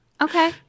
Okay